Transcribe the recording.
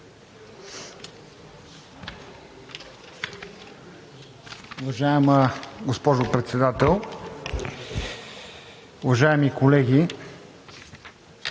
Уважаема госпожо Председател, уважаеми колеги